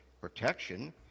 protection